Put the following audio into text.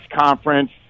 conference